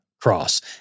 Cross